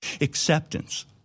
acceptance